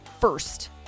first